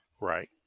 right